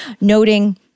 noting—